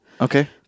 Okay